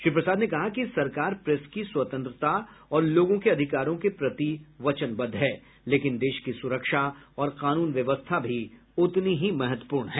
श्री प्रसाद ने कहा कि सरकार प्रेस की स्वतंत्रता और लोगों के अधिकारों के प्रति वचनबद्ध है लेकिन देश की सुरक्षा और कानून व्यवस्था भी उतनी ही महत्वपूर्ण है